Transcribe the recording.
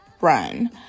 Run